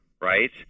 right